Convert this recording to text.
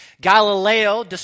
Galileo